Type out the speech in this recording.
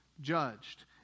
judged